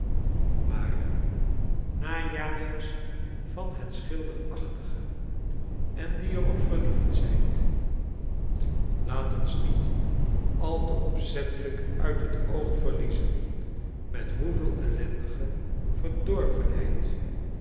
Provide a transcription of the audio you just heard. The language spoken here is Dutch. maar najagers van het schilderachtige en die er op verliefd zijt laat ons niet al te opzettelijk uit het oog verhezen met hoeveelellendige verdorvenheid